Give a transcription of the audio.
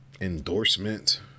endorsement